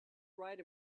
right